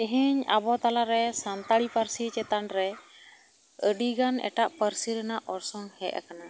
ᱛᱮᱦᱮᱧ ᱟᱵᱚ ᱛᱟᱞᱟ ᱨᱮ ᱥᱟᱱᱛᱟᱲᱤ ᱯᱟᱹᱨᱥᱤ ᱪᱮᱛᱟᱱ ᱨᱮ ᱟᱹᱰᱤᱜᱟᱱ ᱮᱴᱟᱜ ᱯᱟᱹᱨᱥᱤ ᱨᱮᱱᱟᱜ ᱚᱨᱥᱚᱝ ᱦᱮᱡ ᱟᱠᱟᱱᱟ